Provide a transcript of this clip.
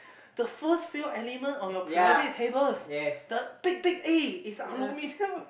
the first few element on your periodic tables the big big A is aluminium